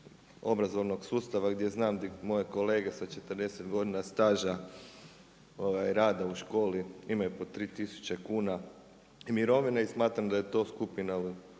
obrazovnog sustava gdje znam di moje kolege sa 40 godina staža rade u školi, imaju po 3 tisuće kuna mirovine i smatram da je to skupina